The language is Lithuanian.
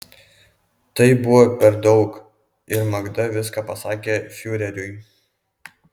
tai buvo per daug ir magda viską pasakė fiureriui